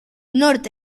norte